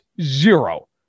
zero